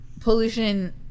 Pollution